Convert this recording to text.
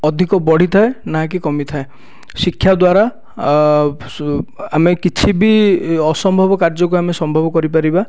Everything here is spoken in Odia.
ଅଧିକ ବଢ଼ିଥାଏ ନା କି କମିଥାଏ ଶିକ୍ଷାଦ୍ଵାରା ଆମେ କିଛି ବି ଅସମ୍ଭବ କାର୍ଯ୍ୟକୁ ଆମେ ସମ୍ଭବ କରିପାରିବା